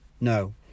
No